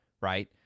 right